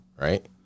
Right